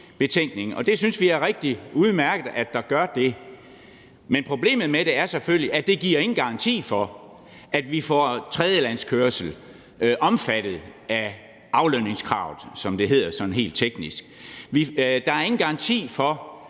betænkningen, og det synes vi er rigtig udmærket, at der gør det. Men problemet med det er selvfølgelig, at det giver ingen garanti for, at vi får tredjelandskørsel omfattet af aflønningskravet, som det hedder sådan helt teknisk. Der er ingen garanti for,